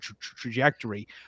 trajectory